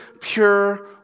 pure